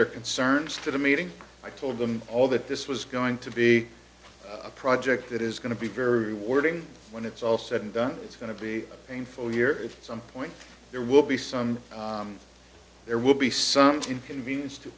their concerns to the meeting i told them all that this was going to be a project that is going to be very rewarding when it's all said and done it's going to be painful year if some point there will be some there will be some to inconvenience to